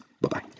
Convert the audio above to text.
Bye-bye